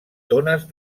tones